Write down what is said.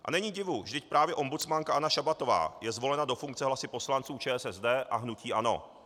A není divu, vždyť právě ombudsmanka Anna Šabatová je zvolena do funkce hlasy poslanců ČSSD a hnutí ANO.